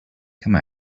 come